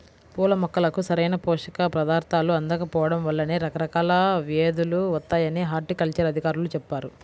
పూల మొక్కలకు సరైన పోషక పదార్థాలు అందకపోడం వల్లనే రకరకాల వ్యేదులు వత్తాయని హార్టికల్చర్ అధికారులు చెప్పారు